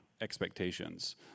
expectations